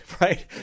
Right